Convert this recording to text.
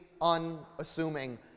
unassuming